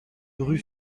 rue